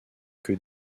que